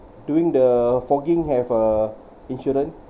doing the fogging have a insurance